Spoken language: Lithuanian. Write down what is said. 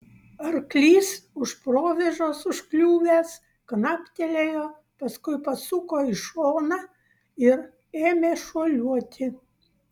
arklys už provėžos užkliuvęs knaptelėjo paskui pasuko į šoną ir ėmę šuoliuoti